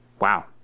Wow